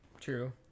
true